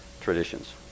traditions